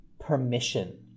permission